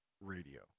Radio